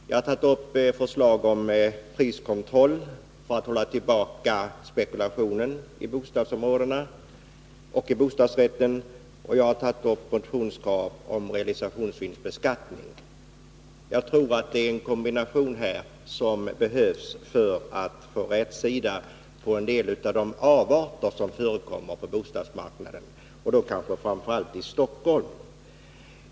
Jag har väckt förslag om priskontroll för att man skall kunna hålla tillbaka spekulationen i bostäder och bostadsrätter, och jag har motionsvägen ställt krav på införande av realisationsvinstbeskattning. Jag tror att det är en kombination som behövs för att vi skall få rätsida på en del av de avarter som förekommer på bostadsmarknaden, kanske framför allt i Stockholm.